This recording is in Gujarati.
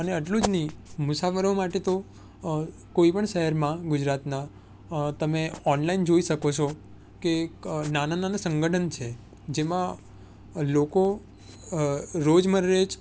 અને એટલું જ નહીં મુસાફરો માટે તો કોઈપણ શહેરમાં ગુજરાતના તમે ઓનલાઈન જોઈ શકો છો કે નાનાં નાનાં સંગઠન છે જેમાં લોકો રોજબરોજ